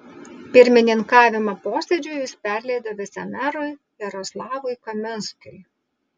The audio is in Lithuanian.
pirmininkavimą posėdžiui jis perleido vicemerui jaroslavui kaminskiui